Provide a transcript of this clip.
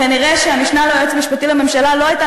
כנראה המשנה ליועץ המשפטי לממשלה לא הייתה